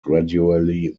gradually